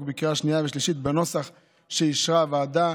בקריאה שנייה ושלישית בנוסח שאישרה הוועדה.